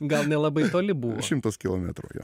gal nelabai toli buvo šimtas kilometrų jo